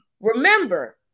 remember